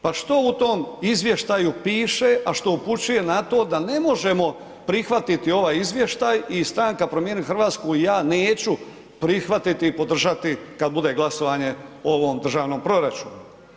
Pa što u tom izvještaju piše a što upućuje na to da ne možemo prihvatiti ovaj izvještaj i stranka Promijenimo Hrvatsku i ja neću prihvatiti i podržati kada bude glasovanje o ovom državnom proračunu.